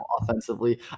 offensively